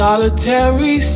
Solitary